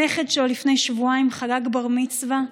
הנכד שלו לפני שבועיים חגג בר-מצווה,